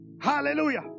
Hallelujah